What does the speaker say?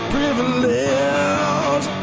Privilege